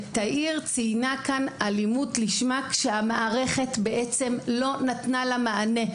תאיר ציינה כאן אלימות לשמה כשהמערכת בעצם לא נתנה לה מענה.